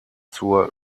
zur